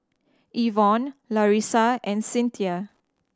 Evon Larissa and Cynthia